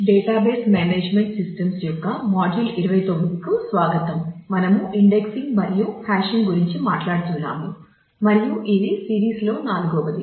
database management systems లో నాల్గవది